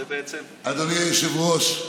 זה בעצם, אדוני היושב-ראש,